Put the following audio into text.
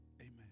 Amen